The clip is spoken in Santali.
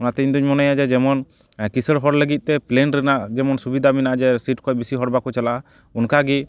ᱚᱱᱟᱛᱮ ᱤᱧᱫᱩᱧ ᱢᱚᱱᱮᱭᱟ ᱡᱮ ᱡᱮᱢᱚᱱ ᱠᱤᱥᱟᱹᱲ ᱦᱚᱲ ᱞᱟᱹᱜᱤᱫᱼᱛᱮ ᱯᱞᱮᱱ ᱨᱮᱱᱟᱜ ᱡᱮᱢᱚᱱ ᱥᱩᱵᱤᱫᱟ ᱢᱮᱱᱟᱜᱼᱟ ᱡᱮ ᱥᱤᱴ ᱠᱷᱚᱡ ᱵᱮᱥᱤ ᱦᱚᱲ ᱵᱟᱠᱚ ᱪᱟᱞᱟᱜᱼᱟ ᱚᱱᱠᱟ ᱜᱮ